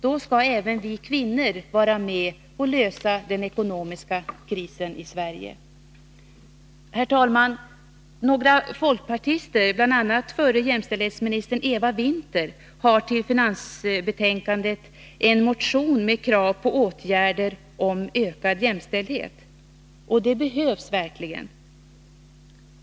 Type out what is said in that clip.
Då kan även vi kvinnor vara med och lösa den ekonomiska krisen i Sverige. Herr talman! Några folkpartister, bl.a. förra jämställdhetsministern Eva Winther, har väckt en motion med krav på åtgärder för ökad jämställdhet, vilken behandlas i finansutskottets betänkande. Sådana åtgärder behövs verkligen.